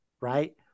right